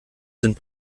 sind